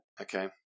Okay